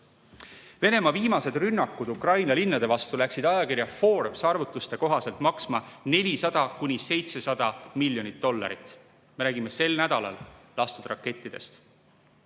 Venemaa viimased rünnakud Ukraina linnade vastu läksid ajakirja Forbes arvutuste kohaselt maksma 400–700 miljonit dollarit, me räägime sel nädalal lastud rakettidest.